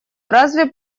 разве